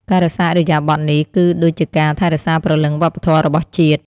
ការរក្សាឥរិយាបថនេះ គឺដូចជាការថែរក្សាព្រលឹងវប្បធម៌របស់ជាតិ។